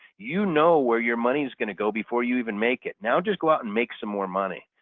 you know where your money is going to go before you even make it. now just go out and make some more money.